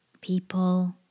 People